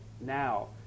now